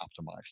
optimized